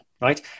Right